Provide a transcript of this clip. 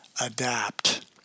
adapt